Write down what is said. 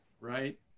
right